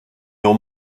your